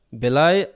belai